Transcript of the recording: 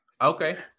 okay